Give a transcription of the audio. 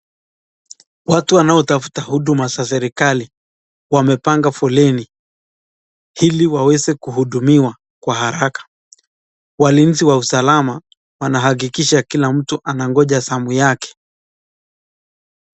Watu wanaotafuta huduma za serikali wamepanga foleni ili waweze kuhudumiwa kwa haraka, walinzi wa usalama wanahakikisha kila mtu anangoja zamu yake.